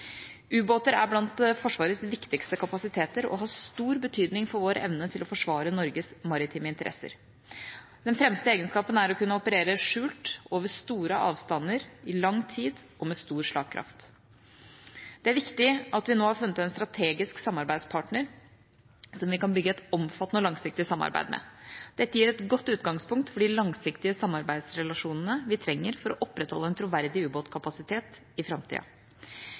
Ubåter er blant Forsvarets viktigste kapasiteter og har stor betydning for vår evne til å forsvare Norges maritime interesser. Den fremste egenskapen er å kunne operere skjult, over store avstander, i lang tid og med stor slagkraft. Det er viktig at vi nå har funnet en strategisk samarbeidspartner som vi kan bygge et omfattende og langsiktig samarbeid med. Dette gir et godt utgangspunkt for de langsiktige samarbeidsrelasjonene vi trenger for å opprettholde en troverdig ubåtkapasitet i framtida.